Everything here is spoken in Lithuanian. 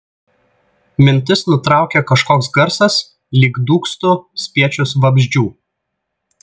mintis nutraukė kažkoks garsas lyg dūgztų spiečius vabzdžių